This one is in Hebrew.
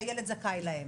שהילד זכאי להן.